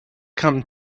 come